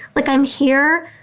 like i'm here.